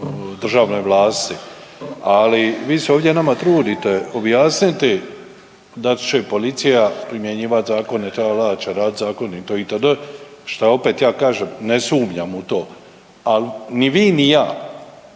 državnoj vlasti, ali vi se ovdje nama trudite objasniti da će policija primjenjivati zakone, tra la la, da će raditi zakone itd. šta opet ja kažem ne sumnjam u to. Ali ni vi, ni ja